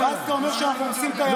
ואז אתה אומר שאנחנו הורסים את היהדות?